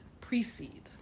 precede